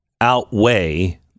outweigh